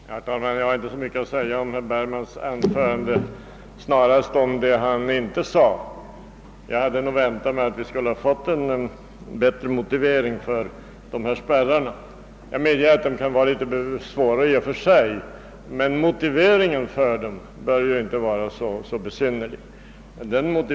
Herr talman! Jag har inte så mycket att säga om herr Bergmans anförande utan snarare om det han inte sade. Jag hade nog väntat mig att vi skulle få en bättre motivering för spärrarna. Jag medger att de kan vara svåra att redogöra för i och för sig, men motiveringen för dem borde ju inte vara så besynnerlig.